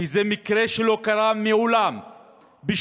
כי זה מקרה שלא קרה מעולם בשפרעם.